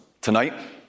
tonight